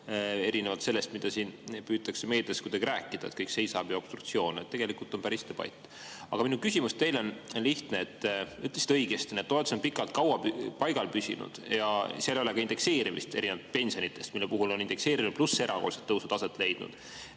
erinevalt sellest, mida püütakse meedias kuidagi rääkida, et kõik seisab ja on obstruktsioon. Tegelikult on päris debatt. Aga minu küsimus teile on lihtne. Te ütlesite õigesti, et need toetused on pikalt paigal püsinud ja seal ei ole ka indekseerimist, erinevalt pensionidest, mille puhul on indekseerimine pluss erakorralised tõusud aset leidnud.